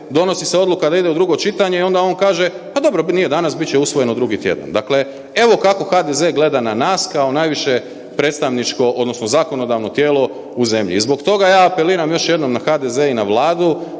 donosi se odluka da ide u drugo čitanje, onda on kaže, a dobro, nije danas, bit će usvojeno drugi tjedan. Dakle, evo kako HDZ gleda na nas kao najviše predstavničko odnosno zakonodavno tijelo u zemlji. I zbog toga ja apeliram još jednom na HDZ i na Vladu,